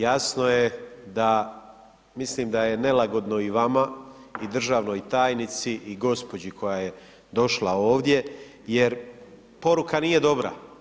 Jasno je da, mislim da je nelagodno i vama i državnoj tajnici i gđi. koja je došla ovdje jer poruka nije dobra.